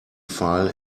file